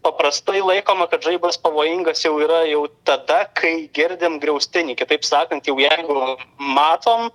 paprastai laikoma kad žaibas pavojingas jau yra jau tada kai girdim griaustinį kitaip sakant jau jeigu matom